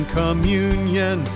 communion